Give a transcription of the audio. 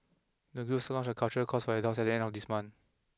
the group will also launch a cultural course for adults at the end of this month